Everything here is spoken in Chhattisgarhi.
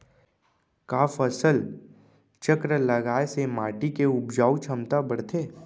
का फसल चक्र लगाय से माटी के उपजाऊ क्षमता बढ़थे?